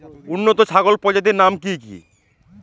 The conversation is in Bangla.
উন্নত ছাগল প্রজাতির নাম কি কি?